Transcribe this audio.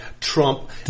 Trump